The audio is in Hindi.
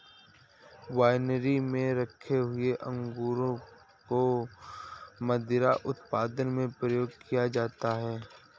वाइनरी में रखे हुए अंगूरों को मदिरा उत्पादन में प्रयोग किया जाता है